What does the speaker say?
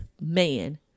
man